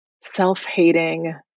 self-hating